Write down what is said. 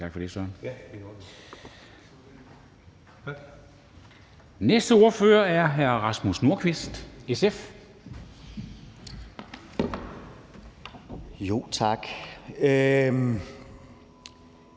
også for det nye begreb. Næste ordfører er hr. Rasmus Nordqvist, SF. Kl.